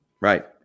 Right